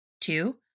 Two